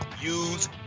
use